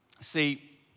See